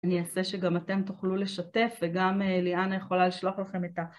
אני אעשה שגם אתם תוכלו לשתף וגם ליאנה יכולה לשלוח לכם את ה...